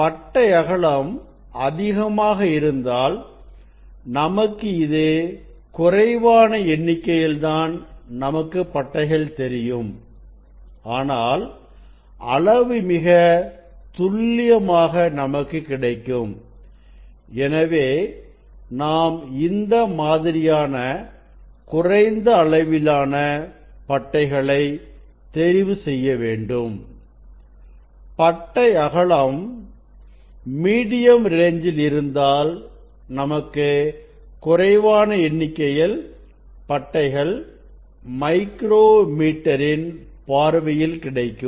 பட்டை அகலம் அதிகமாக இருந்தால் நமக்கு இது குறைவான எண்ணிக்கையில் தான்நமக்கு பட்டைகள்தெரியும் ஆனால் அளவு மிக துல்லியமாக நமக்கு கிடைக்கும் எனவே நாம் இந்த மாதிரியான குறைந்த அளவிலான பட்டைகளை தெரிவு செய்ய வேண்டும் பட்டை அகலம் மீடியம் ரேன்ஞ்சில் இருந்தால் நமக்கு குறைவான எண்ணிக்கையில் பட்டைகள் மைக்ரோ மீட்டர் இன் பார்வையில் கிடைக்கும்